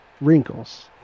wrinkles